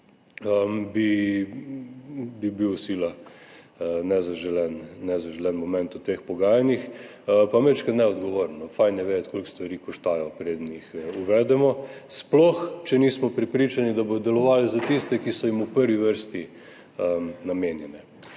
bi bil sila nezaželen moment v teh pogajanjih, tudi majčkeno neodgovorno – fajn je vedeti, koliko stvari stanejo, preden jih uvedemo, sploh če nismo prepričani, da bodo delovali za tiste, ki so jim v prvi vrsti namenjene.